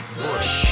bush